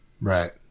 Right